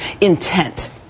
intent